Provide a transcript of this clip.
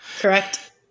Correct